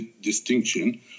distinction